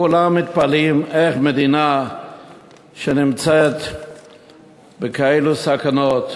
כולם מתפלאים איך מדינה שנמצאת בכאלה סכנות,